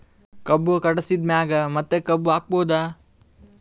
ಕಬ್ಬು ಕಟಾಸಿದ್ ಮ್ಯಾಗ ಮತ್ತ ಕಬ್ಬು ಹಾಕಬಹುದಾ?